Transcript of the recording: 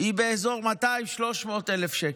היא באזור 200,000 300,000 שקל,